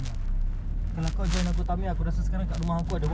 aku punya room kenji kan dah ni dah modify